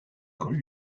grue